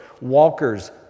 walkers